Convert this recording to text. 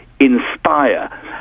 inspire